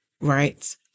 right